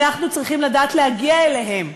אנחנו צריכים לדעת להגיע אליהם.